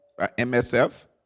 MSF